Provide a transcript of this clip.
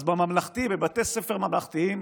אז בממלכתי, בבתי ספר ממלכתיים